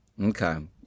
Okay